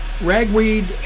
Ragweed